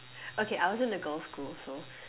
okay I was in a girls school so